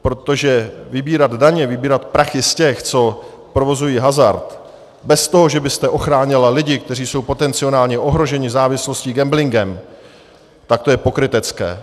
Protože vybírat daně, vybírat prachy z těch, co provozují hazard, bez toho, že byste ochránila lidi, kteří jsou potenciálně ohroženi závislostí, gamblingem, tak to je pokrytecké.